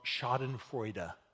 schadenfreude